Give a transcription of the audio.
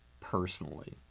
personally